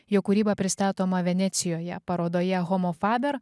jo kūryba pristatoma venecijoje parodoje homofaber